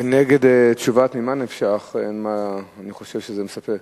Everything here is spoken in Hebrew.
כנגד תשובת ממה נפשך, אני חושב שזה מספק.